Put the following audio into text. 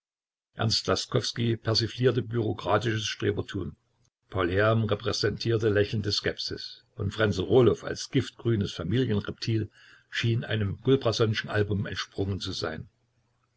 persiflierte bureaukratisches strebertum paul herm repräsentierte lächelnde skepsis und fränze roloff als giftgrünes familienreptil schien einem gulbranssonschen album entsprungen zu sein